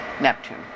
Neptune